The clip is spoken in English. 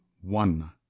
one